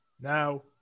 Now